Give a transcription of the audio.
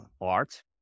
art